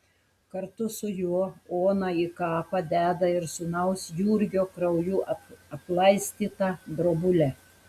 kartu su juo ona į kapą deda ir sūnaus jurgio krauju aplaistytą drobulę